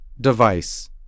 device